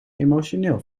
emotioneel